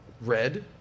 Red